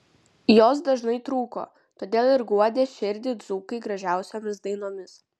jos dažnai trūko todėl ir guodė širdį dzūkai gražiausiomis dainomis